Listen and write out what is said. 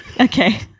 Okay